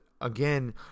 Again